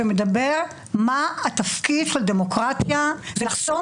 הספר מדבר על תפקיד הדמוקרטיה והוא לחסום